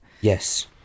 Yes